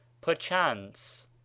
perchance